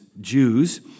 Jews